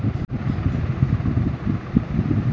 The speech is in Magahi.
बच्चीक चिचिण्डार सब्जी खिला सेहद अच्छा रह बे